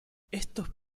estos